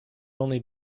only